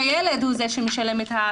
והוא משלם למטפל לפי שעה.